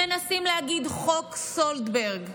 מנסים להגיד: חוק סולברג,